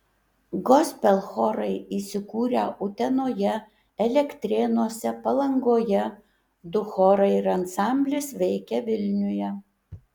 gospel chorai įsikūrę utenoje elektrėnuose palangoje du chorai ir ansamblis veikia vilniuje